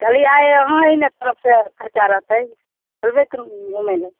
कहलहुँ आइ अहाँ एन्ने तरफसँ खरचा रहतै चलबै कनि घुमैलए